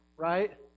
Right